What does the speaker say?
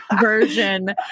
version